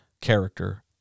character